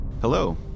Hello